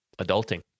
adulting